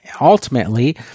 ultimately